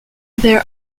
there